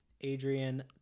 Adrian